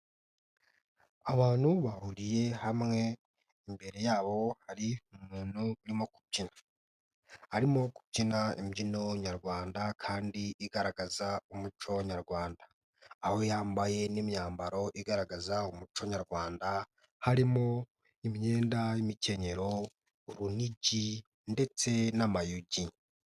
Abantu bahuriye hamwe, imbere yabo hari umuntu urimo kubyina, arimo kubyina imbyino nyarwanda kandi igaragaza umuco nyarwanda ,aho yambaye n'imyambaro igaragaza umuco nyarwanda, harimo; imyenda y'imikenyero, urunigi, ndetse n'amayugi.